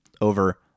over